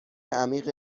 عمیق